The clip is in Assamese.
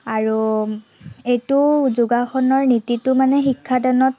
আৰু এইটো যোগাসনৰ নীতিটো মানে শিক্ষাদানত